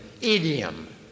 idiom